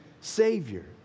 Savior